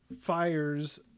fires